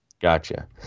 Gotcha